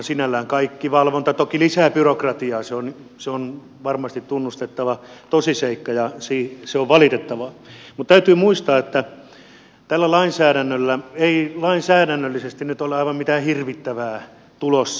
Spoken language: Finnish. sinällään kaikki valvonta toki lisää byrokratiaa se on varmasti tunnustettava tosiseikka ja se on valitettavaa mutta täytyy muistaa että tällä lainsäädännöllä ei lainsäädännöllisesti nyt ole aivan mitään hirvittävää tulossa